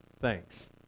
thanks